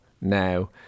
now